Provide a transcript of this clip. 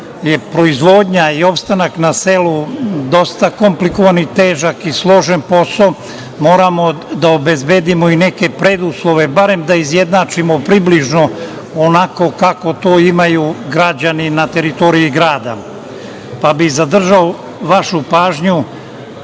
je proizvodnja, opstanak na selu dosta komplikovan, težak i složen posao, moramo da obezbedimo i neke preduslove, barem da izjednačimo približno onako kako to imaju građani na teritoriji grada. Zadržao bih vašu pažnju,